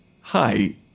Hi